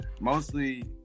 mostly